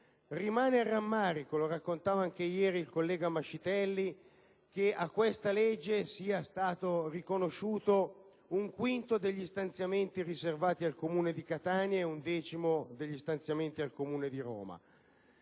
Rimane il rammarico - lo raccontava anche ieri il collega Mascitelli - che a questa legge sia stato riconosciuto un quinto degli stanziamenti riservati al Comune di Catania e un decimo degli stanziamenti dati al Comune di Roma.